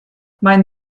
mein